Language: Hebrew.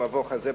במבוך הזה,